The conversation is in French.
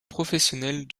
professionnels